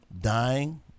dying